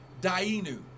Dainu